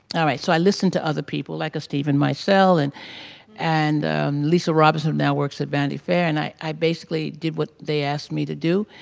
alright, so i listened to other people like steven meisel and and lisa robertson who now works at vanity fair. and i i basically did what they asked me to do,